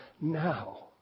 now